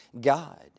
God